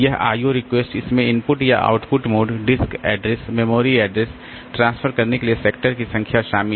यह IO request इसमें input या output mode disk address memory address transfer करने के लिए सेक्टर की संख्या शामिल है